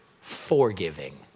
forgiving